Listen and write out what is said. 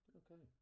okay